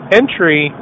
entry